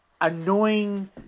annoying